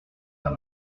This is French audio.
deux